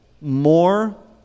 more